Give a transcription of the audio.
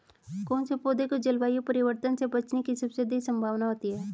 कौन से पौधे को जलवायु परिवर्तन से बचने की सबसे अधिक संभावना होती है?